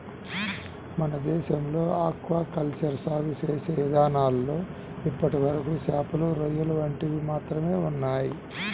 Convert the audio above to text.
మన దేశంలో aquaculture సాగు చేసే ఇదానాల్లో ఇప్పటివరకు చేపలు, రొయ్యలు వంటివి మాత్రమే ఉన్నయ్